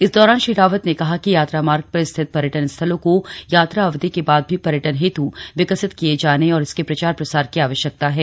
इस दौरान श्री रावत ने कहा कि यात्रा मार्ग पर स्थित पर्यटन स्थलों को यात्रा अवधि के बाद भी पर्यटन हेतु विकसित किए जाने और इसके प्रचार प्रसार की आवश्यकता है